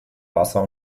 wasser